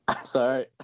Sorry